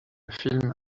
film